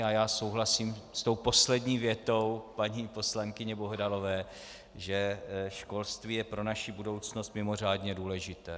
A já souhlasím s tou poslední větou paní poslankyně Bohdalové, že školství je pro naši budoucnost mimořádně důležité.